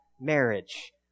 marriage